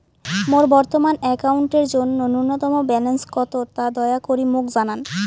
মোর বর্তমান অ্যাকাউন্টের জন্য ন্যূনতম ব্যালেন্স কত তা দয়া করি মোক জানান